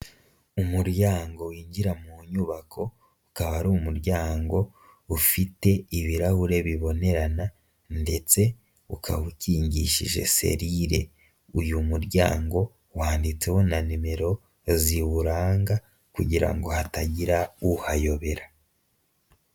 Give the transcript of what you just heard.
Umuryango winjira mu nyubako, ukaba hari umuryango ufite ibirahure bibonerana, ndetse ukaba utingishije serire, uyu muryango wanditseho na nimero ziwuranga kugira ngo hatagira uhayobera.